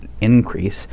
increase